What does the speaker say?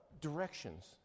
directions